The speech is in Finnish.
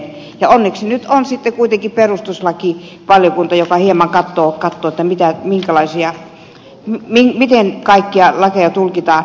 onneksi nyt on sitten kuitenkin perustuslakivaliokunta joka hieman katsoo miten kaikkia lakeja tulkitaan